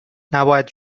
نباید